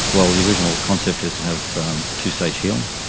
well, the original concept is to have two-stage healing,